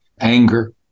anger